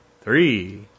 three